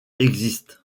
existent